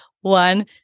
One